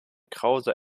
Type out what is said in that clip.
krause